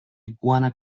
iguana